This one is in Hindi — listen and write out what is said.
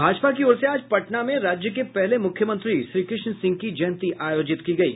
भाजपा की ओर से आज पटना में राज्य के पहले मुख्यमंत्री श्रीकृष्ण सिंह की जयंती आयोजित की गयी